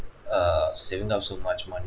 err saving up so much money